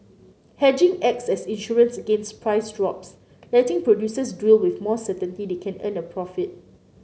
hedging acts as insurance against price drops letting producers drill with more certainty they can earn a profit